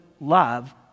love